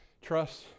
Trust